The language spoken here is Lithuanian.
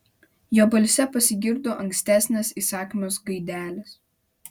jo balse pasigirdo ankstesnės įsakmios gaidelės